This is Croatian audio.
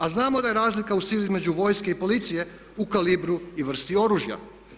A znamo da je razlika u sili između vojske i policije u kalibru i vrsti oružja.